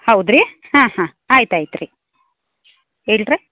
ಹೌದು ರೀ ಹಾಂ ಹಾಂ ಆಯ್ತು ಆಯ್ತು ರೀ ಇಲ್ಲ ರೀ